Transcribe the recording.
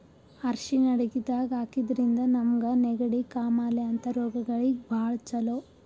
ಅರ್ಷಿಣ್ ಅಡಗಿದಾಗ್ ಹಾಕಿದ್ರಿಂದ ನಮ್ಗ್ ನೆಗಡಿ, ಕಾಮಾಲೆ ಅಂಥ ರೋಗಗಳಿಗ್ ಭಾಳ್ ಛಲೋ